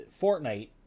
Fortnite